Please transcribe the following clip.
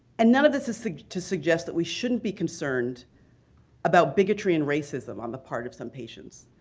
and none of this is to suggest that we shouldn't be concerned about bigotry and racism on the part of some patients,